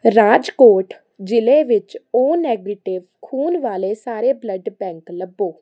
ਰਾਜਕੋਟ ਜ਼ਿਲ੍ਹੇ ਵਿੱਚ O negative ਖੂਨ ਵਾਲੇ ਸਾਰੇ ਬਲੱਡ ਬੈਂਕ ਲੱਭੋ